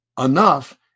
enough